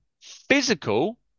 physical